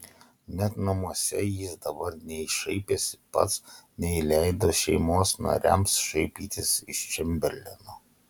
net namuose jis dabar nei šaipėsi pats nei leido šeimos nariams šaipytis iš čemberleno